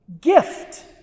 gift